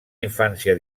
infància